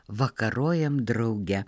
vakarojam drauge